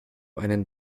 einen